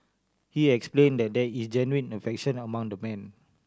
he explain that there is genuine affection among the men